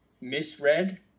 misread